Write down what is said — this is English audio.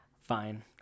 Fine